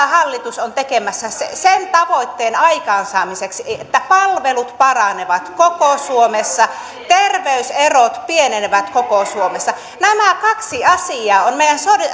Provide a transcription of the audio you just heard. hallitus on tekemässä sen tavoitteen aikaansaamiseksi että palvelut paranevat koko suomessa terveyserot pienenevät koko suomessa nämä kaksi asiaa ovat meidän